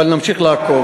אבל נמשיך לעקוב.